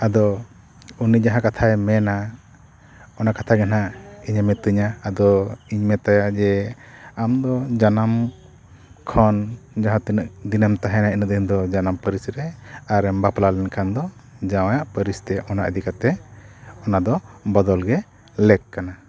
ᱟᱫᱚ ᱩᱱᱤ ᱡᱟᱦᱟᱸ ᱠᱟᱛᱷᱟᱭ ᱢᱮᱱᱟ ᱚᱱᱟ ᱠᱟᱛᱷᱟ ᱜᱮ ᱦᱟᱸᱜ ᱤᱧᱮ ᱢᱤᱛᱤᱧᱟ ᱟᱫᱚ ᱤᱧ ᱢᱮᱛᱟᱭᱟ ᱡᱮ ᱟᱢ ᱫᱚ ᱡᱟᱱᱟᱢ ᱠᱷᱚᱱ ᱡᱟᱦᱟᱸ ᱛᱤᱱᱟᱹᱜ ᱫᱤᱱᱮᱢ ᱛᱟᱦᱮᱸᱭᱮᱱᱟ ᱩᱱᱟᱹᱜ ᱫᱤᱱ ᱫᱚ ᱡᱟᱱᱟᱢ ᱯᱟᱹᱨᱤᱥ ᱨᱮ ᱟᱨ ᱵᱟᱯᱞᱟ ᱞᱮᱱᱠᱷᱱ ᱫᱚ ᱡᱟᱶᱟᱭᱟᱜ ᱯᱟᱹᱨᱤᱥ ᱛᱮ ᱚᱱᱟ ᱤᱫᱤ ᱠᱟᱛᱮᱫ ᱚᱱᱟᱫᱚ ᱵᱚᱫᱚᱞ ᱜᱮ ᱞᱮᱠ ᱠᱟᱱᱟ